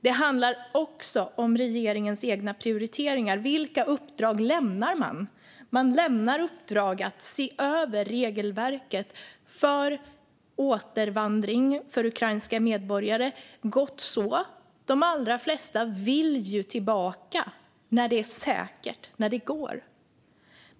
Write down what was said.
Det handlar också om regeringens egna prioriteringar. Vilka uppdrag lämnar man? Man lämnar uppdrag om att se över regelverket för återvandring för ukrainska medborgare. Gott så - de allra flesta vill ju tillbaka när det är säkert, när det går.